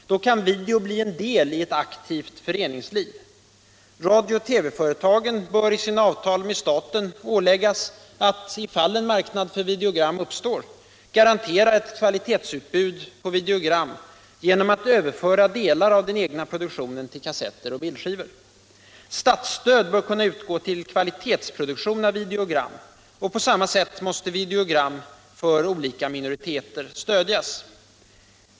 Då kan video bli en del i ett aktivt föreningsliv. Radio och TV-företagen bör i sina avtal med staten åläggas att, i fall en marknad för videogram uppstår, garantera ett kvalitetsutbud av videogram genom att överföra delar av den egna produktionen till kassetter och bildskivor. Statsstöd bör kunna utgå till kvalitetsproduktion av videogram. På samma sätt måste videogram för olika minoriteter stödjas.